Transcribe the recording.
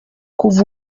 kuva